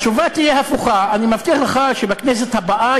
התשובה תהיה הפוכה: אני מבטיח לך שבכנסת הבאה